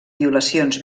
violacions